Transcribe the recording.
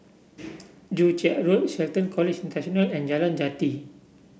Joo Chiat Road Shelton College International and Jalan Jati